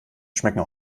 schmecken